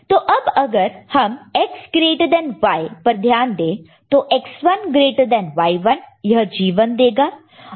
तो अब अगर हम X ग्रेटर देन Y पर ध्यान दे तो X1 ग्रेटर देन Y1 यह G1 देगा